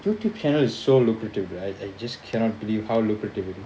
youtube channel is so lucrative right I just cannot believe how lucrative it is